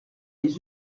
les